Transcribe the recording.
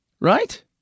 Right